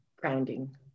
Grounding